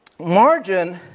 Margin